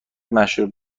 مشروب